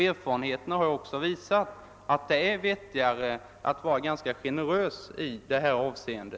Erfarenheterna har ju också visat att det är vettigare att vara ganska generös i detta avseende.